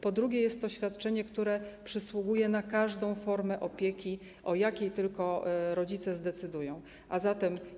Po drugie, jest to świadczenie, które przysługuje na każdą formę opieki, o jakiej tylko zdecydują rodzice.